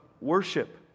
worship